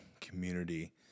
community